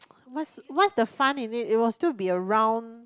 what's what's the fun in it it will still be a round